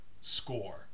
score